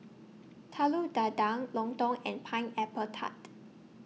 Telur Dadah Lontong and Pineapple Tart